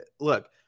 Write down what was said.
look